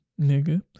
nigga